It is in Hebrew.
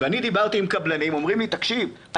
ואני דיברתי עם קבלנים שאמרו לי: תקשיב,